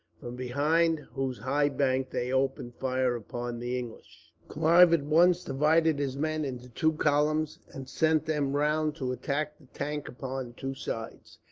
from behind whose high bank they opened fire upon the english. clive at once divided his men into two columns, and sent them round to attack the tank upon two sides.